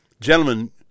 Gentlemen